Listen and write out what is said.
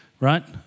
right